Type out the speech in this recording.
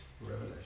Revelation